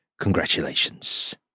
Congratulations